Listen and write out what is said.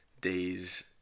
days